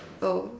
oh